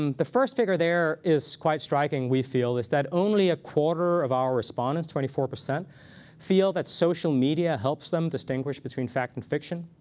um the first figure there is quite striking, we feel. it's that only a quarter of our respondents, twenty four, feel that social media helps them distinguish between fact and fiction.